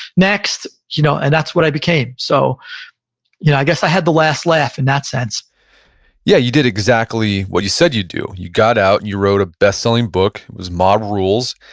next. you know and that's what i became. so you know i guess i had the last laugh in that sense yeah, you did exactly what you said you'd do. you got out and you wrote a bestselling book. it was mob rules,